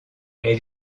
elle